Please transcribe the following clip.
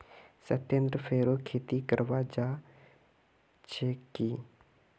सत्येंद्र फेरो खेती करवा चाह छे की